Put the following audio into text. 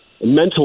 mental